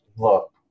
Look